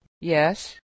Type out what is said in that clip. Yes